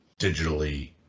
digitally